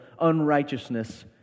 unrighteousness